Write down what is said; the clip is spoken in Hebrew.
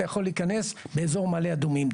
אתה יכול להיכנס באזור מעלה אדומים,